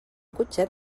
cotxet